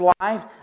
life